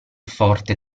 forte